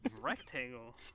rectangle